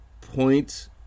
point